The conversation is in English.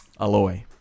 Aloy